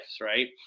right